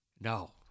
No